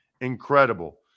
Incredible